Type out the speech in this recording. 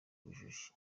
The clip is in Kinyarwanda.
ubujiji